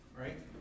right